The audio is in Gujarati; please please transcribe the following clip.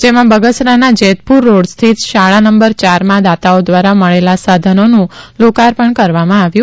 જેમાં બગસરાના જેતપુર રોડ સ્થિત શાળા નંબર ચારમાં દાતાઓ દ્વારા મળેલા સાધનોનું લોકાર્પણ કરવામાં આવ્યું